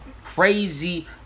Crazy